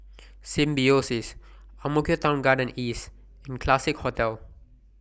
Symbiosis Ang Mo Kio Town Garden East and Classique Hotel